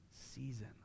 season